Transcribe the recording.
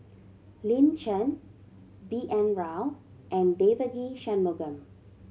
Lin Chen B N Rao and Devagi Sanmugam